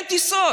אין טיסות.